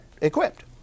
equipped